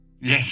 Yes